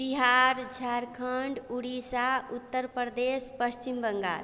Bihar Jharkhand Orissa Uttar Pradesh Paschim Bengal